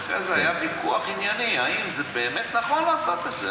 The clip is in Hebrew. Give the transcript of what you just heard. ואחרי זה היה ויכוח ענייני אם זה באמת נכון לעשות את זה.